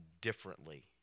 differently